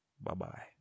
Bye-bye